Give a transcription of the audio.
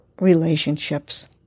relationships